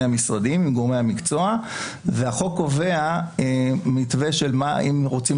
המשרדים עם גורמי המקצוע והחוק קובע מתווה אם רוצים